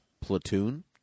Platoon